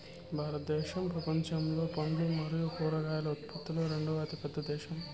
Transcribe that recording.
భారతదేశం ప్రపంచంలో పండ్లు మరియు కూరగాయల ఉత్పత్తిలో రెండవ అతిపెద్ద దేశం